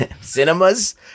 cinemas